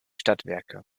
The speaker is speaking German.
stadtwerke